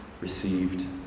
received